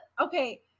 okay